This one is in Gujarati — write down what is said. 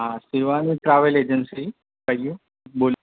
હા શિવાની ટ્રાવેલ એજન્સી કહીએ બોલો